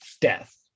death